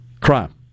crime